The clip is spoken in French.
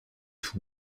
tout